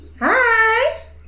Hi